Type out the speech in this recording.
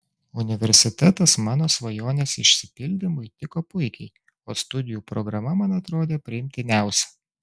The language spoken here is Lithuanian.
universitetas mano svajonės išsipildymui tiko puikiai o studijų programa man atrodė priimtiniausia